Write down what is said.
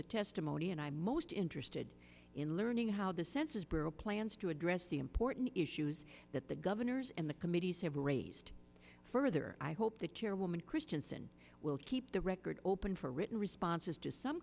the testimony and i'm most interested in learning how the census bureau plans to address the important issues that the governors and the committees have raised further i hope the chairwoman christianson will keep the record open for written responses to some